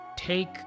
Take